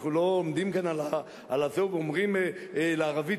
אנחנו לא עומדים כאן ואומרים לערבי,